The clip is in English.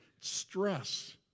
stress